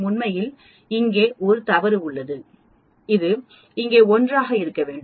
உண்மையில் இங்கே ஒரு தவறு உள்ளது இது இங்கே 1 ஆக இருக்க வேண்டும்